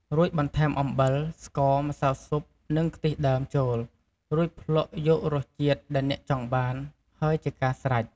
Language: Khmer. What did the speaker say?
រួចបន្ថែម អំបិល ស្ករ ម្សៅស៊ុបនិងខ្ទិះដើមចូល រួចភ្លក្សយករសជាតិដែលអ្នកចង់បាន ហើយជាការស្រេច។